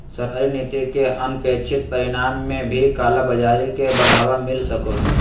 सरकारी नीति के अनपेक्षित परिणाम में भी कालाबाज़ारी के बढ़ावा मिल सको हइ